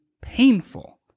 painful